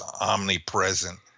omnipresent